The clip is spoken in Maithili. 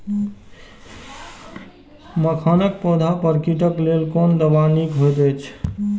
मखानक पौधा पर कीटक लेल कोन दवा निक होयत अछि?